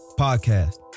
Podcast